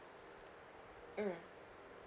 mm